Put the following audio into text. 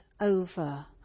over